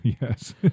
yes